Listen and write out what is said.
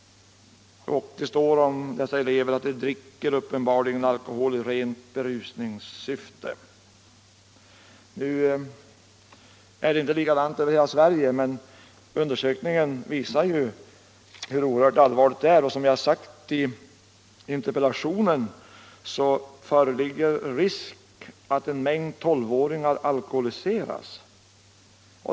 Det står i rapporten att dessa elever uppenbarligen dricker i rent berusningssyfte. Nu är det inte likadant över hela Sverige, men denna undersökning visar hur allvarligt det är. Som jag sagt i interpellationen föreligger risk att en mängd tonåringar alkoholiseras.